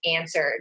answered